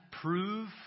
prove